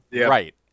Right